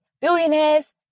billionaires